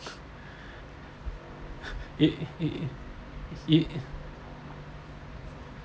it it it